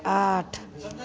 आठ